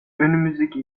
önümüzdeki